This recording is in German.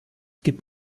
gibt